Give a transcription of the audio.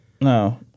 No